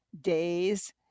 days